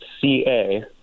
C-A